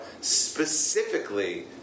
specifically